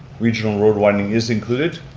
regional road widening is included.